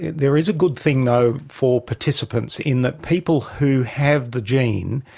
there is a good thing though for participants in that people who have the gene,